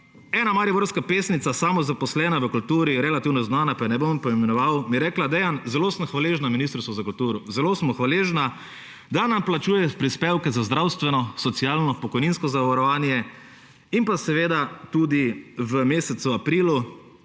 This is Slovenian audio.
Ena mariborska pesnica, samozaposlena v kulturi, relativno znana, pa je ne bom poimenoval, mi je rekla – Dejan, zelo sem hvaležna Ministrstvu za kulturo, zelo sem mu hvaležna, da nam plačuje prispevke za zdravstveno, socialno, pokojninsko zavarovanje. In tudi v marcu, aprilu